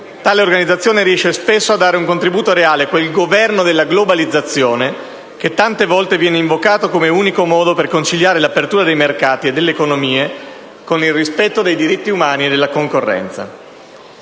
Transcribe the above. tale organizzazione riesce spesso a dare un contributo reale a quel «governo della globalizzazione» che tante volte viene invocato come unico modo per conciliare l'apertura dei mercati e delle economie con il rispetto dei diritti umani e della concorrenza.